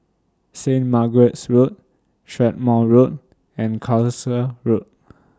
Saint Margaret's Road Strathmore Road and Carlisle Road